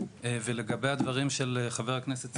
ולגבי הדברים של חבר הכנסת סגלוביץ',